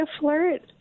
flirt